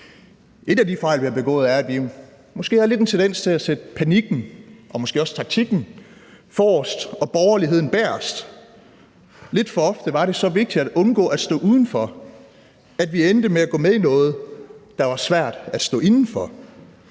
En af de fejl, vi har begået, er, at vi måske har lidt en tendens til at sætte panikken og måske også taktikken forrest og borgerligheden bagerst. Lidt for ofte var det så vigtigt at undgå at stå udenfor, at vi endte med at gå med i noget, der er svært at stå inde for.